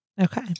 Okay